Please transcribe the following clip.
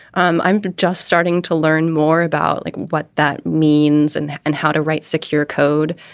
i'm i'm just starting to learn more about what that means and and how to write secure code.